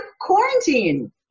quarantine